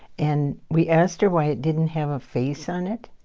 and we asked her why it didn't have a face on it.